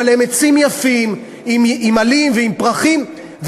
אבל הם עצים יפים עם עלים ועם פרחים,